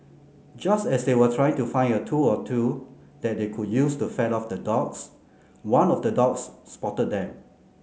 just as they were trying to find a tool or two that they could use to fend off the dogs one of the dogs spotted them